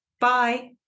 Bye